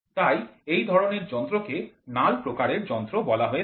তাই এই ধরনের যন্ত্র কে নাল প্রকারের যন্ত্র বলা হয়ে থাকে